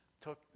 took